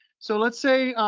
so let's say,